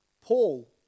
Paul